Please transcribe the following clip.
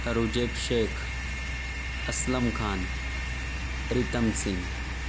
Aurangzeb Shaikh Aslam Khan Pritam Singh